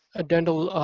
a dental